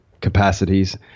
capacities